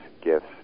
gifts